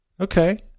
Okay